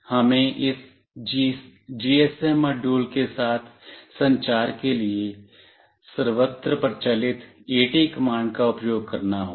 हमें इस GSM module के साथ संचार के लिए सर्वत्र प्रचलित एटी कमांड का उपयोग करना होगा